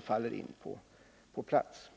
faller på plats.